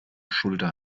schulter